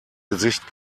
gesicht